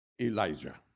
Elijah